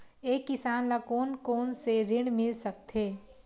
एक किसान ल कोन कोन से ऋण मिल सकथे?